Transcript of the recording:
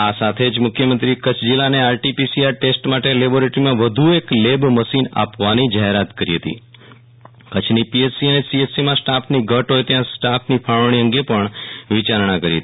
આ સાથે જ મુખ્યમંત્રીશ્રીએ કચ્છ જિલ્લાને આરટીપીસીઆર ટેસ્ટ માટે લેબોરેટરીમાં વધુ એક લેબ મશીન આપવાની જાહેરાત કરી હતી કચ્છની પીએચસી અને સીએચસીમાં સ્ટાફની ઘટ હોય ત્યાં સ્ટાફની ફાળવણી અંગે પણ વિયારણા કરી હતી